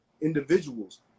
individuals